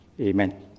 Amen